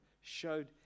showed